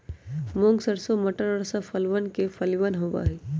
मूंग, सरसों, मटर और सब फसलवन के फलियन होबा हई